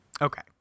Okay